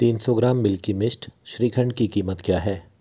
तीन सौ gram Milky Mist shrikhand की कीमत क्या है